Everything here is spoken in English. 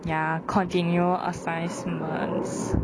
ya continual assessments